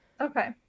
okay